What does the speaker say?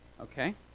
Okay